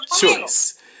choice